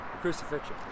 crucifixion